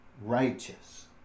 righteous